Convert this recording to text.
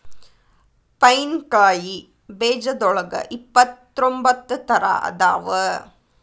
pine ಕಾಯಿ ಬೇಜದೋಳಗ ಇಪ್ಪತ್ರೊಂಬತ್ತ ತರಾ ಅದಾವ